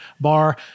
bar